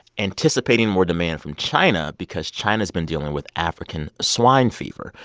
anticipating more demand from china because china has been dealing with african swine fever,